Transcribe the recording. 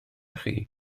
chi